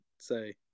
say